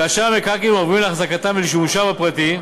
כאשר המקרקעין עוברים להחזקתם ולשימושם הפרטי,